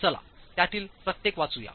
चला त्यातील प्रत्येक वाचूया